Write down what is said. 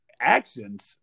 Actions